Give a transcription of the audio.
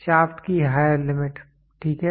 shaft की higher limit ठीक है